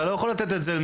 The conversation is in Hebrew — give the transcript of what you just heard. אתה לא יכול לתת את זה,